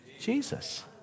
Jesus